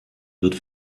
wird